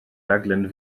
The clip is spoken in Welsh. rhaglen